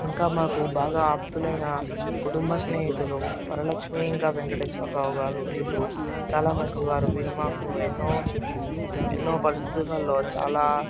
ఇంకా మాకు బాగా ఆప్తులైన కుటుంబ స్నేహితులు వరలక్ష్మి ఇంకా వెంకటేశ్వరరావు గారు వీళ్ళు చాలా మంచివారు వీరు మాకు ఎన్నో ఎన్నో పరిస్థితులలో చాలా